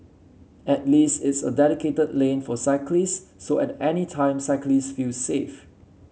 at least it's a dedicated lane for cyclists so at any time cyclists feel safe